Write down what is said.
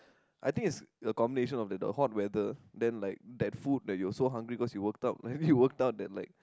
I think it's a combination of the hot weather then like that food that you are so hungry because you worked out maybe you worked out that like